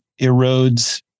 erodes